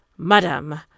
Madam